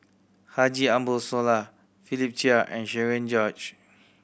Haji Ambo Sooloh Philip Chia and Cherian George